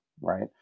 right